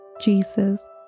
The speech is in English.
Jesus